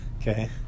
Okay